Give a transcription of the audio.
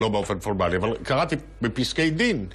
לא באופן פורמלי, אבל קראתי בפסקי דין.